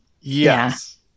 Yes